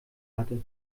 hatte